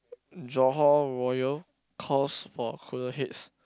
Johor royal calls for cooler heads